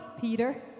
Peter